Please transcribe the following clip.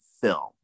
film